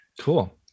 Cool